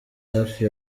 hafi